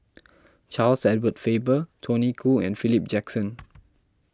Charles Edward Faber Tony Khoo and Philip Jackson